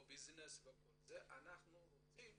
אנחנו רואים